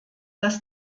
dass